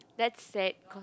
that's sad